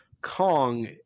kong